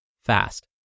fast